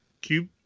Cube